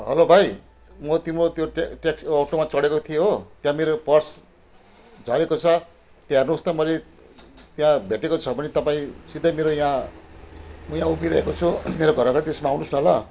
hello भाइ म तिम्रो त्यो टे ट्याक्सी अटोमा चढेको थिएँ हो त्यहाँ मेरो पर्स झरेको छ त्यहाँ हेर्नुहोस् त मैले त्यहाँ भेटेको छ भने तपाईँ सिधै मेरो यहाँ म यहाँ उभिइरहेको छु मेरो घर अगाडि त्यसमा आउनुहोस् न ल